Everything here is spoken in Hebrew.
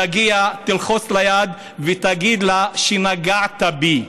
תגיע, תלחץ לה יד ותגיד לה שנגעת בי,